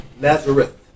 Nazareth